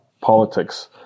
politics